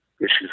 issues